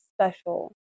special